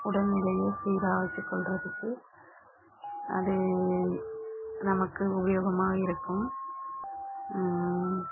உடல்நிலையை சீராக வச்சுக்கொள்றதுக்கு அது நமக்கு உபயோகமாக இருக்கும்